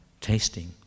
tasting